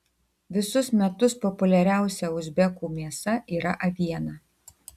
visus metus populiariausia uzbekų mėsa yra aviena